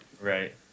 Right